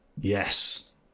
yes